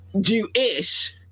Jewish